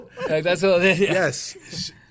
Yes